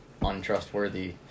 untrustworthy